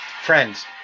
Friends